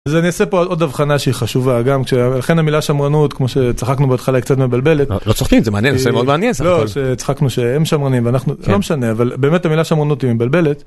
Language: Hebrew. אז אני עושה פה עוד אבחנה שהיא חשובה, גם. לכן המילה שמרנות, כמו שצחקנו בהתחלה קצת מבלבלת. לא צוחקים, זה מעניין, זה מאוד מעניין. לא, שצחקנו שהם שמרנים ואנחנו, לא משנה, אבל באמת המילה שמרנות היא מבלבלת.